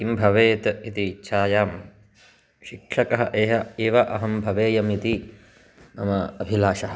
किं भवेत् इति इच्छायां शिक्षकः एव अहं भवेयम् इति मम अभिलाषः